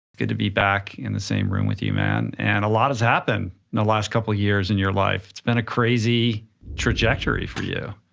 good to be back in the same room with you, man. and a lot has happened in the last couple of years in your life. it's been a crazy trajectory for you.